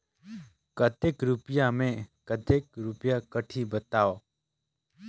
कतेक रुपिया मे कतेक रुपिया कटही बताव?